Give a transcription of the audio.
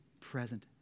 present